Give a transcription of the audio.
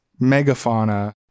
megafauna